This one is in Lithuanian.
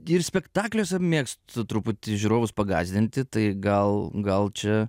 ir spektakliuose mėgstu truputį žiūrovus pagąsdinti tai gal gal čia